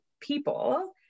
people